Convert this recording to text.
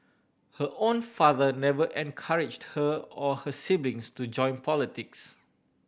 her own father never encouraged her or her siblings to join politics